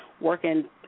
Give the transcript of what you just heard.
working